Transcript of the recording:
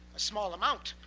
a small amount,